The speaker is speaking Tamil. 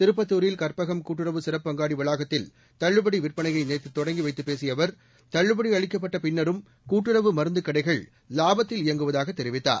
திருப்பத்தூரில் கற்பகம் கூட்டுறவு சிறப்பு அங்காடி வளாகத்தில் தள்ளுபடி விற்பனையை நேற்று தொடங்கி வைத்துப் பேசிய அவர் தள்ளுபடி அளிக்கப்பட்ட பின்னரும் கூட்டுறவு மருந்துக் கடைகள் லாபத்தில் இயங்குவதாக தெரிவித்தார்